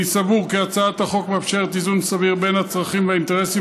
אני סבור כי הצעת החוק מאפשרת איזון סביר בין הצרכים והאינטרסים